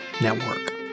Network